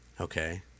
okay